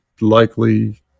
likely